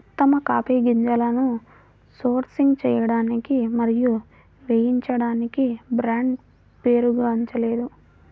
ఉత్తమ కాఫీ గింజలను సోర్సింగ్ చేయడానికి మరియు వేయించడానికి బ్రాండ్ పేరుగాంచలేదు